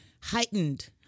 heightened